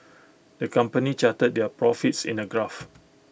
the company charted their profits in A graph